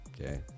okay